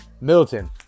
Milton